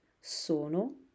Sono